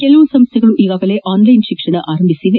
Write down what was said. ಕೆಲವು ಸಂಸ್ಥೆಗಳು ಈಗಾಗಲೇ ಆನ್ಲೈನ್ ಶಿಕ್ಷಣ ಆರಂಭಿಸಿದೆ